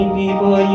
people